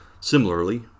Similarly